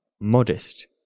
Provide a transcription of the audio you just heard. modest